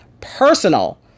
personal